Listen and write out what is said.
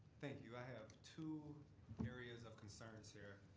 thank you i have two areas of concerns here.